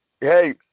hey